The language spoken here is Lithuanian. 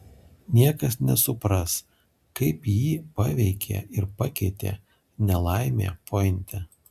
niekas nesupras kaip jį paveikė ir pakeitė nelaimė pointe